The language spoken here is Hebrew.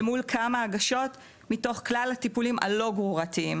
אל מול כמה הגשות מתוך כלל הטיפולים הלא גרורתיים